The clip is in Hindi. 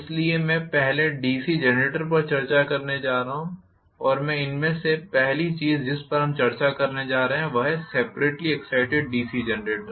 इसलिए मैं पहले डीसी जनरेटर पर चर्चा करने जा रहा हूं और इसमें से पहली चीज जिस पर हम चर्चा करने जा रहे हैं वह है सेपरेट्ली एग्ज़ाइटेड डीसी जनरेटर